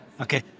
okay